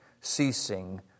ceasing